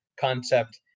concept